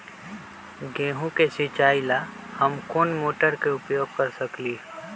गेंहू के सिचाई ला हम कोंन मोटर के उपयोग कर सकली ह?